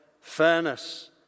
fairness